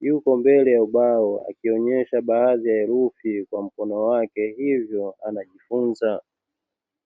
yupo mbele ya ubao akionesha baadhi ya herufi kwa mkono wake, hivyo najifunza.